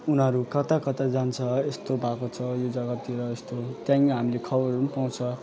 उनीहरू कता कता जान्छ यस्तो भएको छ यो जग्गातिर यस्तो त्यहाँदेखिन् हामीले खबरहरू पनि पाउँछ